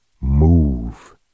Move